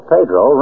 Pedro